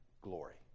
glory